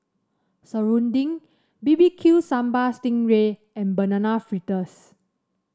serunding B B Q Sambal Sting Ray and Banana Fritters